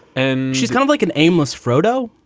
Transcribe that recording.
and she's kind of like an aimless frodo.